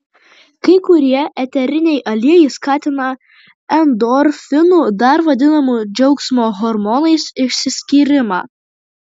kai kurie eteriniai aliejai skatina endorfinų dar vadinamų džiaugsmo hormonais išsiskyrimą